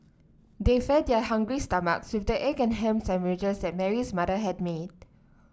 they fed their hungry stomachs with the egg and ham sandwiches that Mary's mother had made